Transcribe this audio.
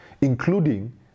including